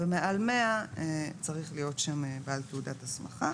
ומעל 100 צריך להיות שם בעל תעודת הסמכה.